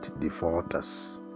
defaulters